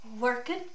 working